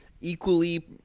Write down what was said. equally